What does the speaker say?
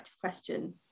question